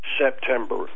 September